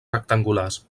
rectangulars